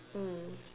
mm